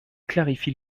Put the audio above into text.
clarifie